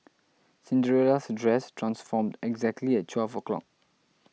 Cinderella's dress transformed exactly at twelve o' clock